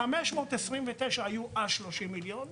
ה-529 היו אז 30 מיליון שקלים,